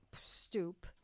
stoop